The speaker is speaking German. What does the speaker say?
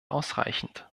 ausreichend